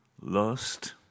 lost